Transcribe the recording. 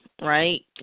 right